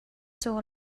caw